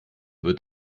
wird